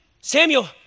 Samuel